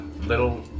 little